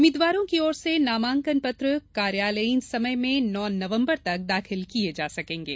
उम्मीदवारों की ओर से नामांकनपत्र कार्यालयीन समय में नौ नवंबर तक दाखिल किए जा सकेंगे